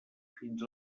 fins